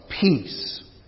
peace